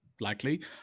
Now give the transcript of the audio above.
likely